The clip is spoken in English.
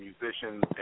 musicians